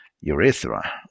Urethra